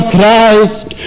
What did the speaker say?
Christ